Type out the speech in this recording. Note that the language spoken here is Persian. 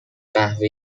قهوه